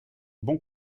bon